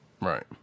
right